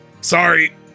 sorry